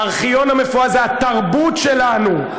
הארכיון המפואר, זו התרבות שלנו,